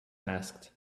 asked